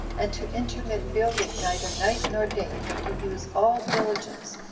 and to intermit building neither night nor day, but to use all diligence,